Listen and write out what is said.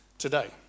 today